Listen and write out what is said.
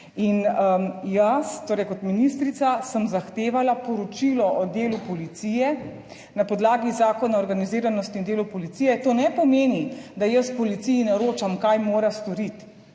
In, jaz, torej kot ministrica, sem zahtevala poročilo o delu policije na podlagi Zakona o organiziranosti in delu policije. To ne pomeni, da jaz policiji naročam kaj mora storiti.